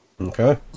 Okay